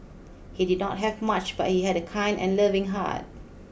he did not have much but he had a kind and loving heart